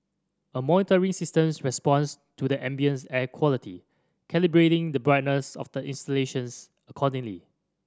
a monitoring systems responds to the ambient air quality calibrating the brightness of the installations accordingly